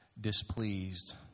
displeased